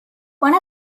one